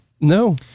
no